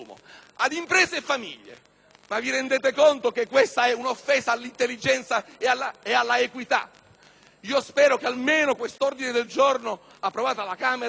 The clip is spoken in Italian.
a imprese e famiglie. Ma vi rendete conto che questa è un'offesa all'intelligenza e all'equità? Io spero che almeno questo ordine del giorno approvato alla Camera...